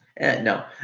No